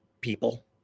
people